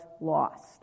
lost